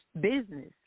business